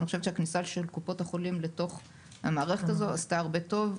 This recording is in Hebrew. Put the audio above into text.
אני חושבת שהכניסה של קופות החולים לתוך המערכת הזאת עשתה הרבה טוב.